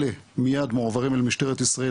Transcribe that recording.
אלה מייד מועברים למשטרת ישראל,